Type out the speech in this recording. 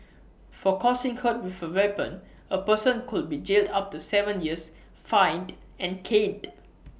for causing hurt with A weapon A person could be jailed up to Seven years fined and caned